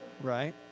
right